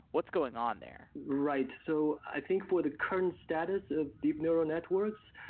what's going on there? right. so i think for the current status of deep neural networks,